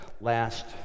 last